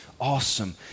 awesome